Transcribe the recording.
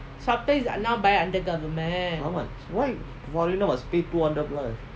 how much why foreigner must pay two hundred plus